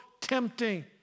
tempting